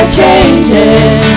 changes